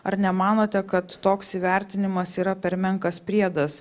ar nemanote kad toks įvertinimas yra per menkas priedas